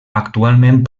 actualment